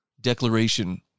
Declaration